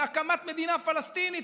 זה הקמת מדינה פלסטינית,